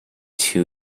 two